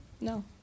No